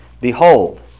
Behold